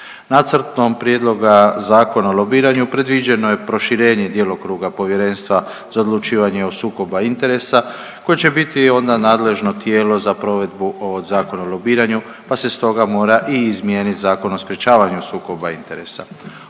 Nacrtom prijedloga Zakona o lobiranju predviđeno je proširenje djelokruga Povjerenstva za odlučivanje o sukobu interesa koje će biti onda nadležno tijelo za provedbu ovog Zakona o lobiranju, pa se stoga mora i izmijeniti Zakon o sprječavanju sukoba interesa.